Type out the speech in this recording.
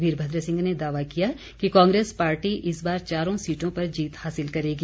वीरभद्र सिंह ने दावा किया कि कांग्रेस पार्टी इस बार चारों सीटों पर जीत हासिल करेगी